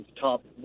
top